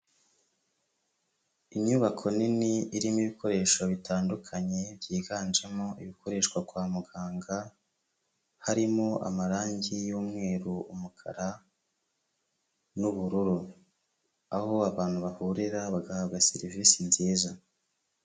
Inyubako nini irimo ibikoresho bitandukanye byiganjemo ibikoreshwa kwa muganga, harimo amarange y'umweru, umukara n'ubururu, aho abantu bahurira bagahabwa serivisi nziza.